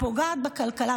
ופוגע בכלכלה.